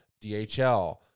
DHL